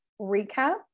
recap